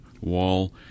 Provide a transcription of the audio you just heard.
Wall